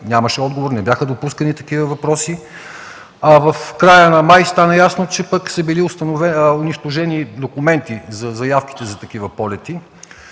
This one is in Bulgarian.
нямаше отговор, не бяха допускани такива въпроси. В края на май стана ясно, че пък са били унищожени документи за заявките за такива полети.